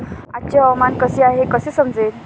आजचे हवामान कसे आहे हे कसे समजेल?